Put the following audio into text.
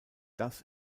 das